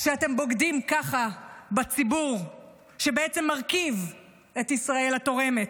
שאתם בוגדים ככה בציבור שבעצם מרכיב את ישראל התורמת.